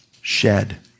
shed